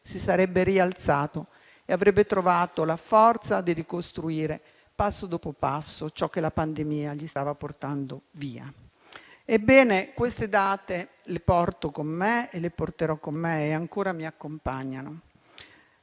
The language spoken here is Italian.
si sarebbe rialzato e avrebbe trovato la forza di ricostruire, passo dopo passo, ciò che la pandemia gli stava portando via. Ebbene, queste date le porto con me, le porterò con me e ancora mi accompagnano.